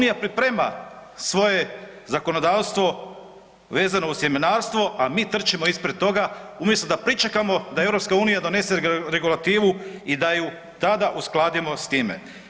Dakle, EU priprema svoje zakonodavstvo vezano uz sjemenarstvo, a mi trčimo ispred toga umjesto da pričekamo da EU donese regulativu i da ju tada uskladimo s time.